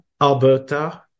Alberta